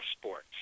sports